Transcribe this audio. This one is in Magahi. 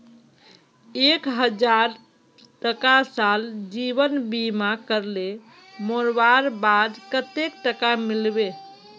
एक हजार टका साल जीवन बीमा करले मोरवार बाद कतेक टका मिलबे?